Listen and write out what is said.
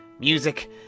music